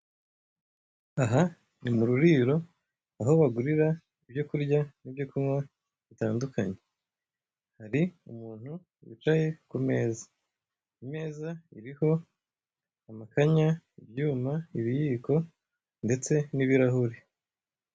Aha ni mu ruriro aho bagurira ibyokurya n'ibyokunywa bitandukanye, hari umuntu wicaye ku meza, imeza iriho amakanya ibyuma, ibiyiko ndetse n'ibirahure.